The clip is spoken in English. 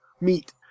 meet